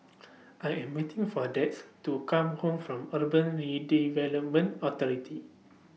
I Am waiting For Dax to Come Home from Urban Redevelopment Authority